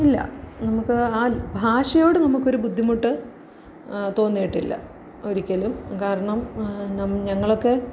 ഇല്ല നമുക്ക് ആ ഭാഷയോട് നമുക്കൊരു ബുദ്ധിമുട്ട് തോന്നിയിട്ടില്ല ഒരിക്കലും കാരണം നം ഞങ്ങളൊക്കെ